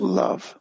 love